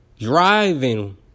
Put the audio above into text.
driving